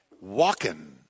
walking